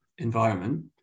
environment